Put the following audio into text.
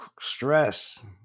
stress